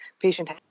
patient